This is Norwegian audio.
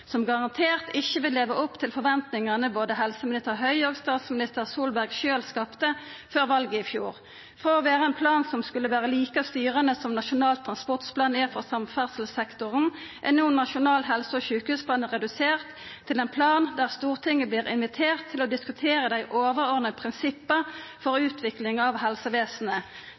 som garantert ikkje vil leva opp til forventningane som både helseminister Høie og statsminister Solberg sjølve skapte før valet i fjor. Frå å vera ein plan som skulle vera like styrande som Nasjonal transportplan er for samferdselssektoren, er no den nasjonale helse- og sjukehusplanen redusert til ein plan der Stortinget blir invitert til å diskutera dei overordna prinsippa for utvikling av helsevesenet.